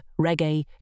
reggae